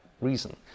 reason